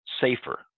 safer